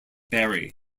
barry